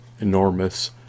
enormous